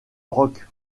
rock